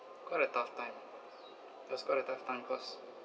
quite a tough time it was quite a tough time because